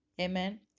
Amen